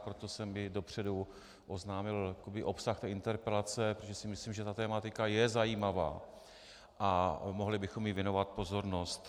Proto jsem dopředu oznámil obsah interpelace, protože si myslím, že ta tematika je zajímavá a mohli bychom jí věnovat pozornost.